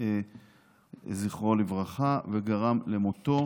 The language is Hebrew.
זכרו לברכה, וגרם למותו